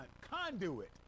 conduit